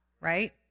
right